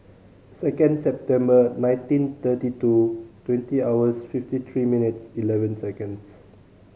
second September nineteen thirty two twenty hours fifty three minutes eleven seconds